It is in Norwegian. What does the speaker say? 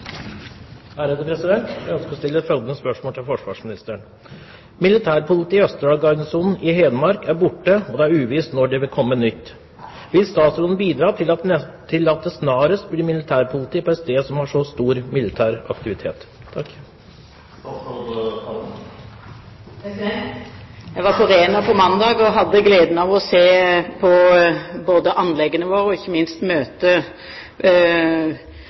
neste spørretime. Jeg ønsker å stille følgende spørsmål til forsvarsministeren: «Militærpolitiet i Østerdal garnison i Hedmark er borte og det er uvisst når det kommer nytt. Vil statsråden bidra til at det snarest blir militærpoliti på et sted som har så stor militær aktivitet?» Jeg var på Rena på mandag og hadde gleden av å se på anleggene våre og ikke minst